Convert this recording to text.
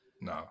No